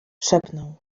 szepnął